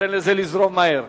נותן לזה לזרום מהר.